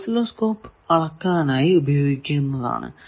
oscilloscope അളക്കാനായി ഉപയോഗിക്കുന്നതാണ്